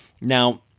Now